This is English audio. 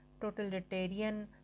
totalitarian